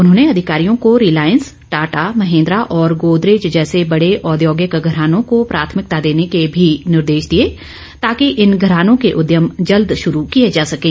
उन्होंने अधिकारियों को रिलायंस टाटा महिन्द्रा और गोदरेज जैसे बड़े औद्योगिक घरानों को प्राथमिकता देने के भी निर्देश दिए ताकि इन घरानों के उद्यम जल्द शुरू किए जा सकें